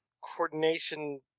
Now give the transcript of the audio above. Coordination